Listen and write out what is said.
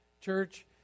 church